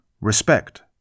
respect